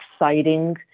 exciting